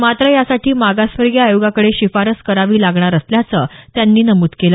मात्र यासाठी मागासवर्गीय आयोगाकडे शिफारस करावी लागणार असल्याचं त्यांनी नमुद केलं